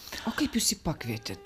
o kaip jūs jį pakvietėt